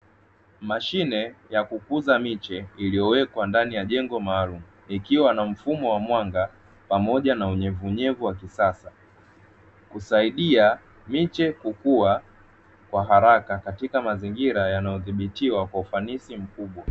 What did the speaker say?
Mashine ya kukuza miche, iliyowekwa ndani ya jengo maalumu, ikiwa na mfumo wa mwanga pamoja na unyevunyevu wa kisasa, kusaidia miche kukua kwa haraka katika mazingira yanayodhibitiwa kwa ufanisi mkubwa.